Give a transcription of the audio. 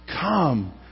Come